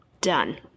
done